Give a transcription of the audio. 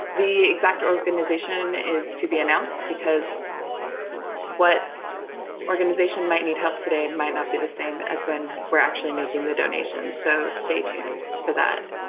the exact organisation is to be announced, because what organisation might need help today might not be the same when we're actually making the donations. so stay tuned for that.